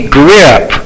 grip